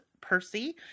Percy